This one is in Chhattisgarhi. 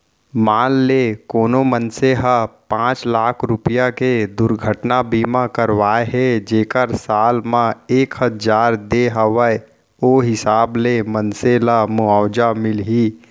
मान ले कोनो मनसे ह पॉंच लाख रूपया के दुरघटना बीमा करवाए हे जेकर साल म एक हजार दे हवय ओ हिसाब ले मनसे ल मुवाजा मिलही